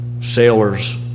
sailors